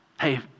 hey